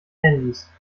handys